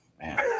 man